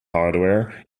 hardware